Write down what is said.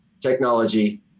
technology